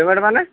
payment ମାନେ